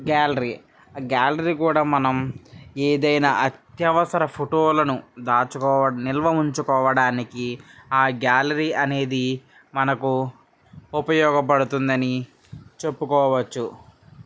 gallery ఆ gallery కూడా మనం ఏదైనా అత్యవసర ఫోటో లను దాచుకోవడం నిల్వ ఉంచుకోవడానికి ఆ గ్యాలరీ అనేది మనకు ఉపయోగపడుతుందని చెప్పుకోవచ్చు